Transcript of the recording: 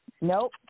Nope